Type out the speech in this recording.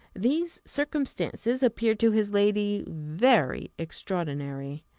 these circumstances appeared to his lady very extraordinary.